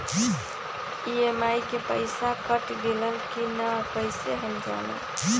EMI के पईसा cut गेलक कि ना कइसे हम जानब?